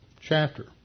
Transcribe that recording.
chapter